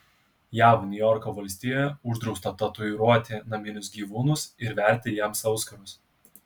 jav niujorko valstijoje uždrausta tatuiruoti naminius gyvūnus ir verti jiems auskarus